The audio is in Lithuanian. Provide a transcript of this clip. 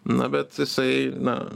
na bet jisai na